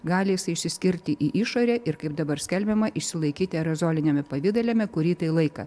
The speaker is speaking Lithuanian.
gali jisai išsiskirti į išorę ir kaip dabar skelbiama išsilaikyti aerozoliniame pavidale kurį tą laiką